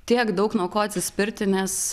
tiek daug nuo ko atsispirti nes